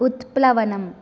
उत्प्लवनम्